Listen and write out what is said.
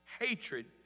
hatred